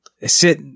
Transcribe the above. sit